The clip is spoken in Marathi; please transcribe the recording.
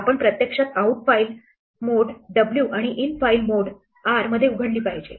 आपण प्रत्यक्षात आऊट फाइल मोड w आणि इन फाइल मोड r मध्ये उघडली पाहिजे